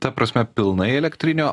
ta prasme pilnai elektrinio